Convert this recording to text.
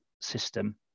system